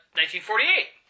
1948